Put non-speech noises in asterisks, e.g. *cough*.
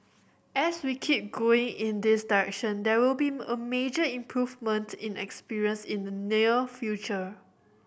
as we keep going in this direction there will be *unintelligible* a major improvement in experience in the near future